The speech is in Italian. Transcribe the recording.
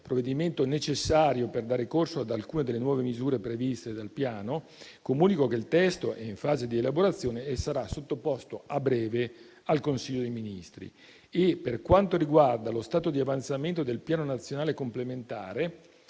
provvedimento necessario per dare corso ad alcune delle nuove misure previste dal Piano, comunico che il testo è in fase di elaborazione e sarà sottoposto a breve al Consiglio dei ministri. Per quanto riguarda lo stato di avanzamento del Piano nazionale complementare,